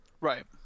Right